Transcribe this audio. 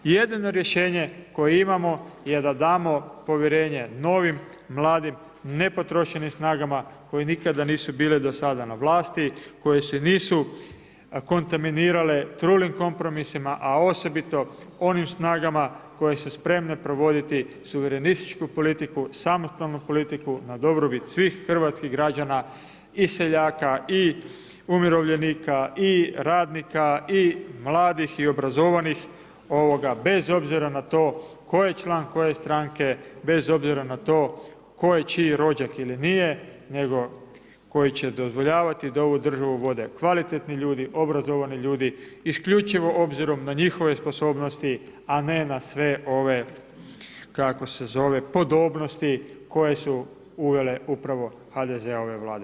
Jedino rješenje koje imamo je da damo povjerenje novim, mladim, nepotrošenim snagama koje nikada nisu bile do sada na vlasti, koje se nisu kontaminirale trulim kompromisima a osobito onim snagama koje su spremne provoditi suverenističku politiku, samostalnu politiku na dobrobit svih hrvatskih građana i seljaka i umirovljenika i radnika i mladih i obrazovanih bez obzira na to tko je član koje stranke, bez obzira na to tko je čiji rođak ili nije nego koji će dozvoljavati da ovu državu vode kvalitetni ljudi, obrazovani ljudi, isključivo obzirom na njihove sposobnosti, a ne na sve ove kako se zove, podobnosti koje su uvele upravo HDZ-ove vlade.